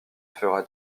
fera